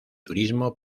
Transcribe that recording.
turismo